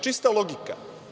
Čista logika.